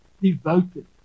Devoted